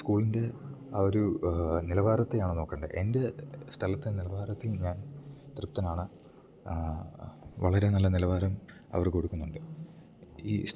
സ്കൂളിൻറ്റെ ആ ഒരു നിലവാരത്തെയാണ് നോക്കണ്ടെ എൻറ്റെ സ്ഥലത്തെ നിലവാരത്തിൽ ഞാൻ തൃപ്തനാണ് വളരെ നല്ല നിലവാരം അവർ കൊട്ക്കുന്നൊണ്ട് ഈ സ്ഥലം